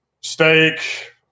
steak –